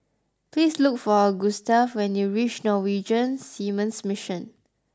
please look for Gustav when you reach Norwegian Seamen's Mission